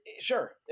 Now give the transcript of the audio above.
Sure